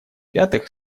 пятых